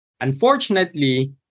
Unfortunately